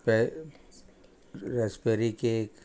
रे raspberry cake